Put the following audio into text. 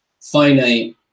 finite